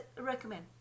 recommend